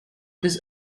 this